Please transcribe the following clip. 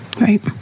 right